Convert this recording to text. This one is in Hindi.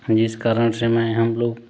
हम इस कारण से में हम लोग